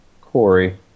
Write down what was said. Corey